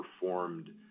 performed